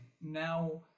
now